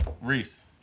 Reese